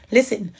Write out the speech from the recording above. Listen